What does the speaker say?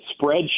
spreadsheet